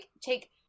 take